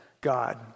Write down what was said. God